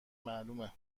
معلومه